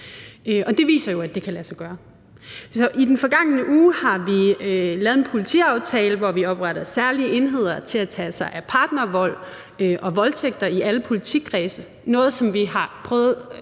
og det viser jo, at det kan lade sig gøre. I den forgangne uge har vi lavet en politiaftale, hvor vi opretter særlige enheder til at tage sig af partnervold og voldtægter i alle politikredse – noget, som skulle have